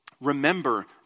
remember